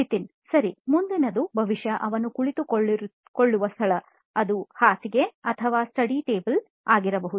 ನಿತಿನ್ ಸರಿ ಮುಂದಿನದು ಬಹುಶಃ ಅವನು ಕುಳಿತುಕೊಳ್ಳುವ ಸ್ಥಳ ಅದು ಹಾಸಿಗೆ ಅಥವಾ ಸ್ಟಡಿ ಟೇಬಲ್ ಆಗಿರಬಹುದು